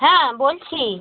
হ্যাঁ বলছি